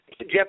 Jeff